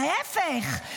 ההפך,